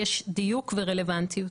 יש דיוק ורלוונטיות.